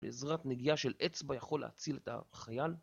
בעזרת נגיעה של אצבע יכול להציל את החייל